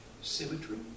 symmetry